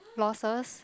losses